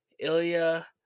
Ilya